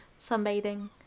sunbathing